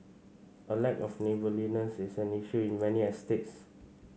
a lack of neighbourliness is an issue in many estates